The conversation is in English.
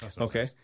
Okay